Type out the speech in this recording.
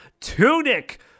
Tunic